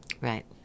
Right